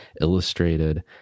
illustrated